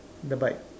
the bike